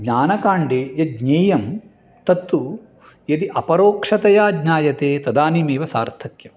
ज्ञानकाण्डे यज्ञेयं तत्तु यदि अपरोक्षतया ज्ञायते तदानीमेव सार्थक्यं